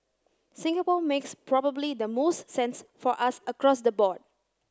Singapore makes probably the most sense for us across the board